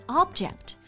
object